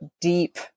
deep